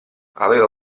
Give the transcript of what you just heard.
aveva